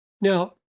Now